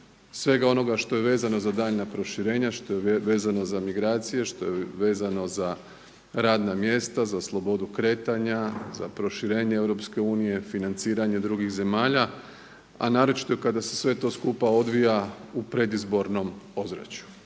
svega onoga što je vezano za daljnja proširenja, što je vezano za migracije, što je vezano za radna mjesta, za slobodu kretanja, za proširenje EU, financiranje drugih zemalja, a naročito kada se sve to skupa odvija u predizbornom ozračju.